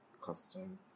custom